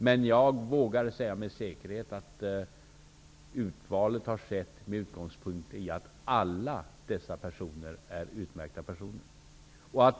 Men jag vågar säga med säkerhet att urvalet har skett med utgångspunkt i att alla dessa personer utmärkta personer.